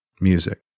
music